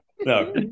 No